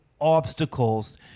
obstacles